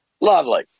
Lovely